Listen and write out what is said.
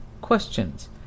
questions